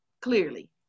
clearly